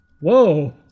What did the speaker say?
Whoa